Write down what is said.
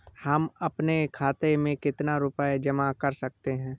हम अपने खाते में कितनी रूपए जमा कर सकते हैं?